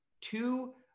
two